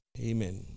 Amen